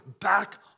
back